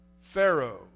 Pharaoh